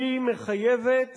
היא מחייבת